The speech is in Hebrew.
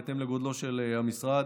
בהתאם לגודלו של המשרד.